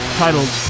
titled